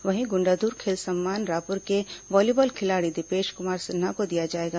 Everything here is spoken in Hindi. वहीं गुण्डाधूर खेल सम्मान रायपुर के वालीबॉल खिलाड़ी दिपेश कुमार सिन्हा को दिया जाएगा